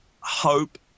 hope